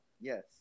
Yes